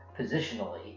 positionally